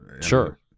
Sure